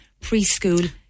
preschool